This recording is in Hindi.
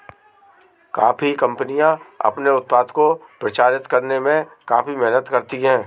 कॉफी कंपनियां अपने उत्पाद को प्रचारित करने में काफी मेहनत करती हैं